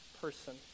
person